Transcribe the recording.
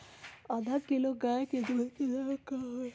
आधा किलो गाय के दूध के का दाम होई?